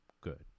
good